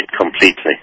completely